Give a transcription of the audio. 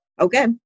Okay